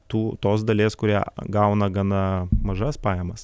tų tos dalies kurie gauna gana mažas pajamas